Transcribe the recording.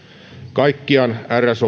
kaikkiaan rs